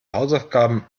hausaufgaben